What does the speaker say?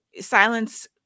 silence